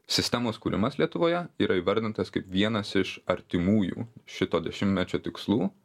sistemos kūrimas lietuvoje yra įvardintas kaip vienas iš artimųjų šito dešimtmečio tikslų